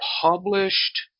published